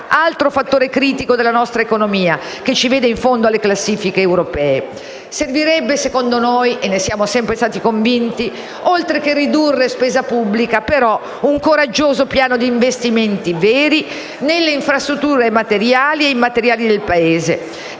altro fattore critico della nostra economia, che ci vede in fondo alle classifiche europee. Servirebbe, secondo noi - e ne siamo sempre stati convinti - oltre che ridurre spesa pubblica, un coraggioso piano di investimenti veri nelle infrastrutture materiali e immateriali del Paese,